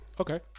Okay